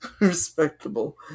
respectable